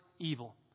evil